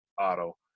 Auto